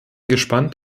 gespannt